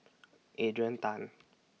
Adrian Tan